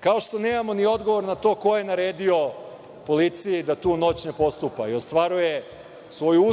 kao što nemamo ni odgovor na to koje naredio policiji da tu noć ne postupaju, ostvaruje svoju